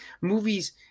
movies